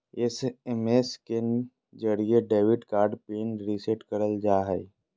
SMS के जरिये debit card PIN reset करल जा हय